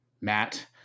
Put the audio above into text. Matt